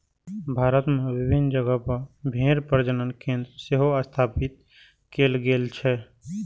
भारत मे विभिन्न जगह पर भेड़ प्रजनन केंद्र सेहो स्थापित कैल गेल छै